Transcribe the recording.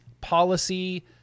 policy